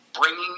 bringing